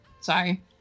sorry